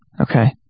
Okay